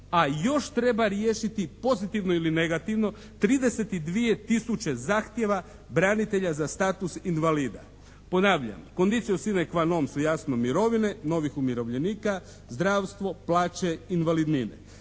a još treba riješiti pozitivno ili negativno 32 tisuće zahtjeva branitelja za status invalida. Ponavljam, condicio sine qua non su jasno mirovine novih umirovljenika, zdravstvo, plaće, invalidnine.